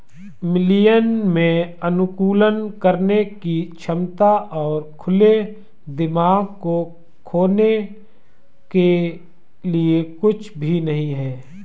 millennial में अनुकूलन करने की क्षमता और खुले दिमाग को खोने के लिए कुछ भी नहीं है